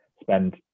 spend